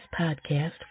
Podcast